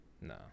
No